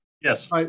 Yes